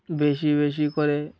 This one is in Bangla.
বেশি বেশি করে